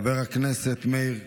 חבר הכנסת מאיר.